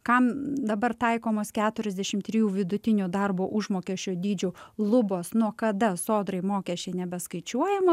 kam dabar taikomos keturiasdešim trijų vidutinių darbo užmokesčio dydžių lubos nuo kada sodrai mokesčiai nebeskaičiuojama